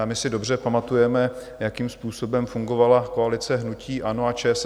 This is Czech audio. My si dobře pamatujeme, jakým způsobem fungovala koalice hnutí ANO a ČSSD.